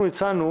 הצענו